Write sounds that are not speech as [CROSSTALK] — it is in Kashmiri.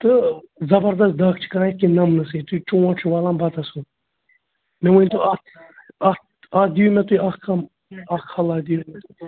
تہٕ زبردست دَگ چھِ کران یِتھ کَنۍ نَمنہٕ سۭتۍ یِتھُے چونٛٹھ چھُ والان بَتَس کُن مےٚ ؤنۍتو اَکھ اَکھ اَکھ دِیِو مےٚ تُہۍ اَکھ کَم اَکھ [UNINTELLIGIBLE] دِیِو مےٚ